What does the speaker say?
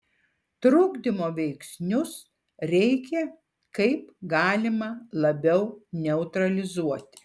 trukdymo veiksnius reikia kaip galima labiau neutralizuoti